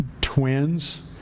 twins